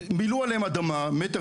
מילאו עליהן אדמה מטר,